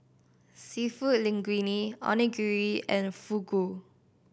Seafood Linguine Onigiri and Fugu